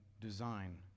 design